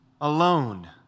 alone